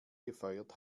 gefeuert